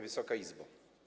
Wysoka Izbo!